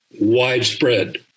widespread